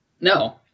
No